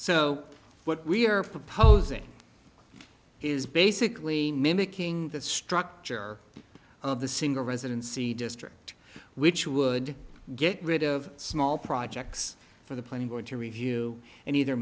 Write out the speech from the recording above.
so what we're proposing is basically mimicking the structure of the single residency district which would get rid of small projects for the planning board to review and either